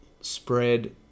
spread